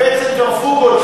אלפי צנטריפוגות,